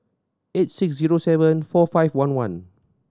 eight six zero seven four five one one